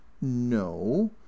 no